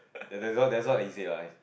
that that's what that's what he say lah